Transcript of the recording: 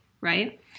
right